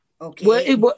Okay